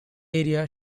area